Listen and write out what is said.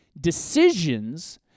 decisions